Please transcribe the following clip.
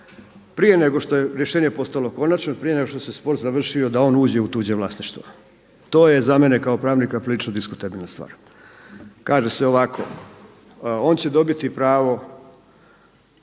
prije nego što je rješenje postalo konačno, prije nego što se spor završio da on uđe u tuđe vlasništvo, to je za mene kao pravnika prilično diskutabilna stvar. Kaže se ovako, on će dobiti pravo